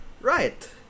Right